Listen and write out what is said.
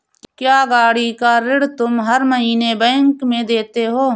क्या, गाड़ी का ऋण तुम हर महीने बैंक में देते हो?